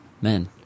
men